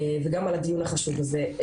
וגם על הדיון החשוב הזה.